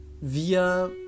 wir